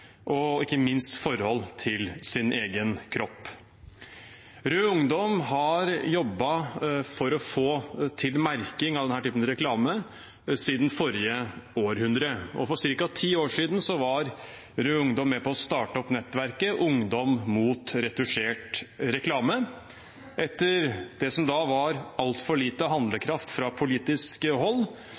og ikke minst forhold til sin egen kropp. Rød Ungdom har jobbet for å få til merking av denne typen reklame siden forrige århundre. For ca. ti år siden var Rød Ungdom med på å starte opp nettverket Ungdom mot Retusjert Reklame. Etter det som da var altfor lite handlekraft fra politisk hold,